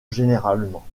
généralement